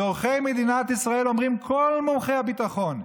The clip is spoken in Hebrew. צורכי מדינת ישראל, אומרים כל מומחי הביטחון,